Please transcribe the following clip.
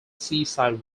seaside